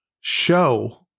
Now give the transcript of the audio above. show